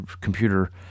computer